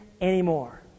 anymore